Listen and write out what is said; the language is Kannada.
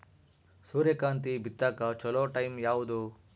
ಸೂರ್ಯಕಾಂತಿ ಬಿತ್ತಕ ಚೋಲೊ ಟೈಂ ಯಾವುದು?